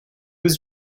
was